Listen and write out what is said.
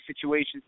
situations